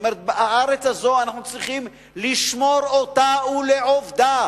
כלומר בארץ הזאת אנחנו צריכים לשמור אותה ולעובדה,